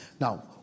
Now